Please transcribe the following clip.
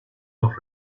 los